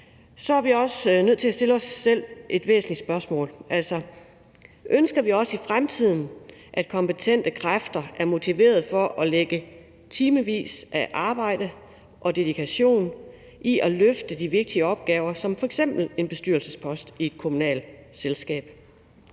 så er vi også nødt til at stille os selv et væsentligt spørgsmål: Ønsker vi også i fremtiden, at kompetente kræfter er motiverede for at lægge timevis af arbejde og dedikation i at løfte de vigtige opgaver, der ligger i f.eks. en bestyrelsespost i et kommunalt selskab?